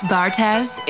Bartez